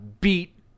beat